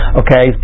okay